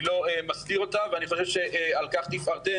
אני לא מסתיר אותה, ואני חושב שעל כך תפארתנו.